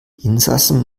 insassen